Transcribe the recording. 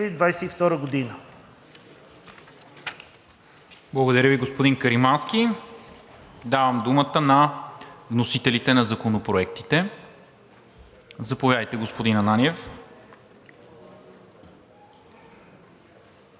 МИНЧЕВ: Благодаря Ви, господин Каримански. Давам думата на вносителите на законопроектите. Заповядайте, господин Ананиев.